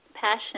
Passion